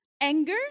anger